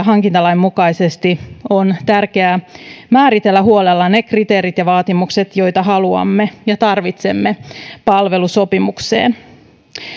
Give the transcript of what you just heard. hankintalain mukaisesti on tärkeää määritellä huolella ne kriteerit ja vaatimukset joita haluamme ja tarvitsemme palvelusopimukseen